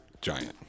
giant